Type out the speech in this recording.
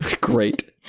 great